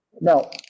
Now